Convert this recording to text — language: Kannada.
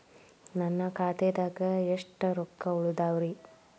ನನ್ನ ಖಾತೆದಾಗ ಎಷ್ಟ ರೊಕ್ಕಾ ಉಳದಾವ್ರಿ?